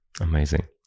amazing